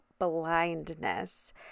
blindness